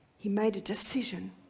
he made a decision,